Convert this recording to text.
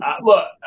look